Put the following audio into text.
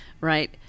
right